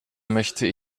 möchte